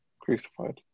crucified